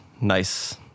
nice